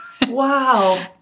Wow